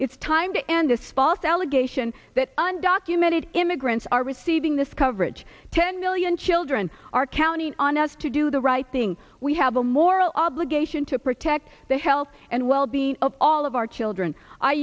it's time to end this false allegation that undocumented immigrants are receiving this coverage ten million children are counting on us to do the right thing we have a moral obligation to protect the health and well being of all of our children i